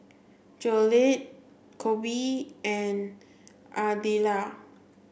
Jolette Coby and Adelia